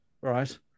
right